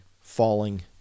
falling